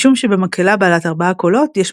משום שבמקהלה בעלת ארבעה קולות יש